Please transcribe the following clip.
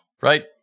right